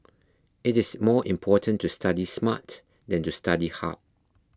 it is more important to study smart than to study hard